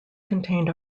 contained